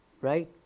right